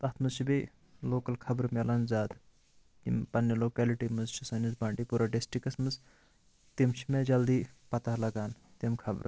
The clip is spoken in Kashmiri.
تَتھ مَنٛز چھِ بیٚیہِ لوکَل خَبرٕ ملان زیادٕ یِم پَننہِ لوکیلٹی مَنٛز چھِ سٲنِس بانڈی پورہ ڈِسٹرکَس مَنٛز تِم چھِ مےٚ جَلدی پَتہ لَگان تِم خَبرٕ